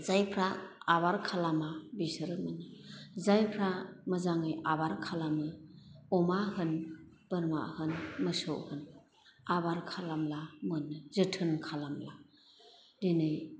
जायफ्रा आबार खालामा बिसोरो मोना जायफ्रा मोजाङै आबार खालामो अमा होन बोरमा होन मोसौ होन आबार खालामब्ला मोनो जोथोन खालामला दिनै